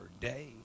day